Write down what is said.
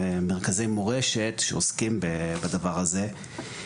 מרכזי מורשת שעוסקים בדבר הזה.